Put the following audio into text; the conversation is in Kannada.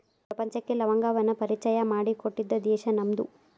ಪ್ರಪಂಚಕ್ಕೆ ಲವಂಗವನ್ನಾ ಪರಿಚಯಾ ಮಾಡಿಕೊಟ್ಟಿದ್ದ ದೇಶಾ ನಮ್ದು